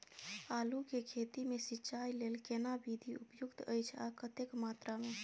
आलू के खेती मे सिंचाई लेल केना विधी उपयुक्त अछि आ कतेक मात्रा मे?